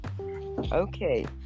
Okay